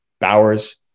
Bowers